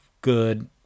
good